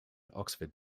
oxford